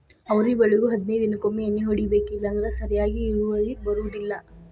ಅವ್ರಿ ಬಳ್ಳಿಗು ಹದನೈದ ದಿನಕೊಮ್ಮೆ ಎಣ್ಣಿ ಹೊಡಿಬೇಕ ಇಲ್ಲಂದ್ರ ಸರಿಯಾಗಿ ಇಳುವರಿ ಬರುದಿಲ್ಲಾ